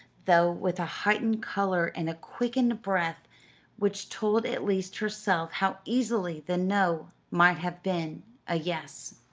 though with a heightened color and a quickened breath which told at least herself how easily the no might have been a yes.